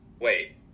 Wait